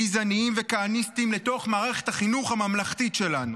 גזעניים וכהניסטיים לתוך מערכת החינוך הממלכתית שלנו.